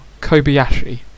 Kobayashi